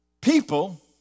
People